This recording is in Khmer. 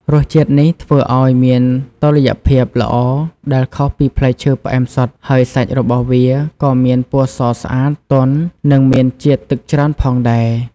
រសជាតិនេះធ្វើឲ្យមានតុល្យភាពល្អដែលខុសពីផ្លែឈើផ្អែមសុទ្ធ ហើយសាច់របស់វាក៏មានពណ៌សស្អាត ទន់ និងមានជាតិទឹកច្រើនផងដែរ។